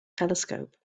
telescope